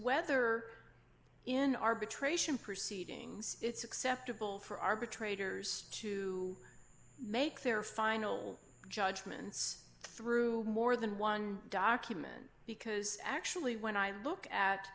whether in arbitration proceedings it's acceptable for arbitrator's to make their final judgments through more than one document because actually when i look at